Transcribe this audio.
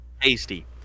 tasty